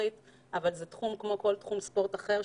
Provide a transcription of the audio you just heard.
אבל זה תחום כמו כל ספורט אחר.